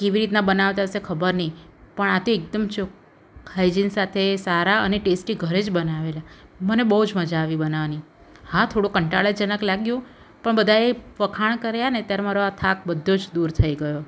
કેવી રીતના બનાવતા હશે ખબર નહીં પણ આ તો એકદમ હાઇજીન સાથે સારા અને ટેસ્ટી ઘરે જ બનાવેલા મને બહુ જ મજા આવી બનાવવાની હા થોડું કાંટાળાજનક લાગ્યું પણ બધાએ વખાણ કર્યાં ને ત્યારે મારો આ થાક બધો જ દૂર થઈ ગયો